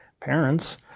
parents